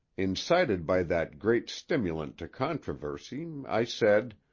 incited by that great stimulant to controversy, i said